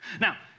Now